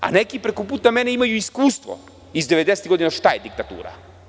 A neki preko puta mene imaju iskustvo iz 90-ih godina šta je diktatura.